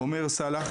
אומר סאלח,